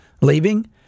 leaving